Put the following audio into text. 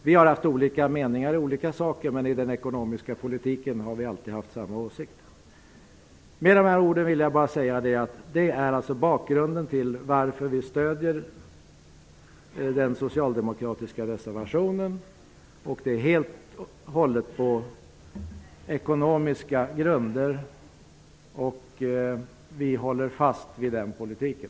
Vi har haft olika meningar i olika frågor, men i den ekonomiska politiken har vi alltid haft samma åsikt. Jag vill med de här orden bara säga att detta är bakgrunden till att vi stödjer den socialdemokratiska reservationen. Det sker helt och hållet på ekonomiska grunder, och vi håller fast vid den politiken.